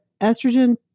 estrogen